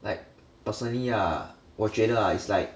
like personally ah 我觉得 ah it's like